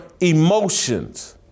emotions